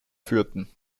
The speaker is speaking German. führten